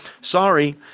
sorry